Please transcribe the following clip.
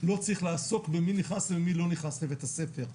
לא צריך לעסוק במי נכנס ומי לא נכנס לבית הספר.